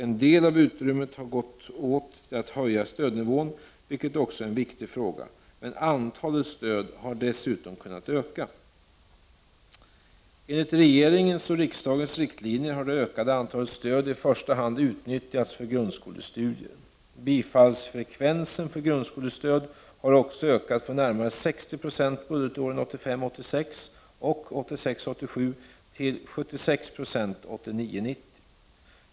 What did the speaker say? En del av utrymmet har gått åt till att höja stödnivån, vilket också är en viktig fråga, men antalet stöd har dessutom kunnat öka. Enligt regeringens och riksdagens riktlinjer har det ökade antalet stöd i första hand utnyttjats för grundskolestudier. Bifallsfrekvensen för grundskolestöd har också ökat från närmare 60 76 budgetåren 1985 87 till 76 76 budgetåret 1989/90.